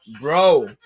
Bro